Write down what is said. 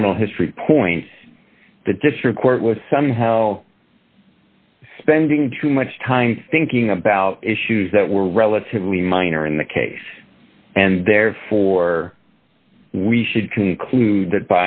criminal history point the district court was somehow spending too much time thinking about issues that were relatively minor in the case and therefore we should conclude that